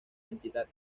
entidad